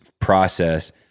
process